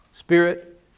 Spirit